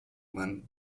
when